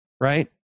right